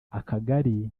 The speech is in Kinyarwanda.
akagari